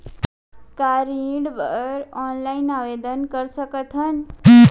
का ऋण बर ऑनलाइन आवेदन कर सकथन?